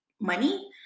money